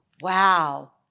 Wow